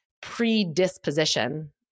predisposition